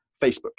facebook